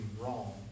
wrong